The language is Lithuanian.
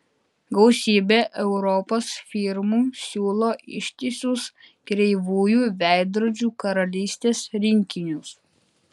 gausybė europos firmų siūlo ištisus kreivųjų veidrodžių karalystės rinkinius